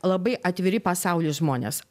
labai atviri pasauliui žmonės